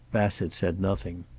bassett said nothing.